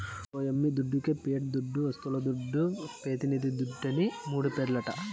ఓ యమ్మీ దుడ్డికే పియట్ దుడ్డు, వస్తువుల దుడ్డు, పెతినిది దుడ్డుని మూడు పేర్లట